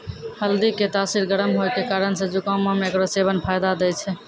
हल्दी के तासीर गरम होय के कारण से जुकामो मे एकरो सेबन फायदा दै छै